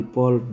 Paul